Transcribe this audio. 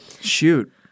Shoot